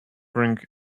ring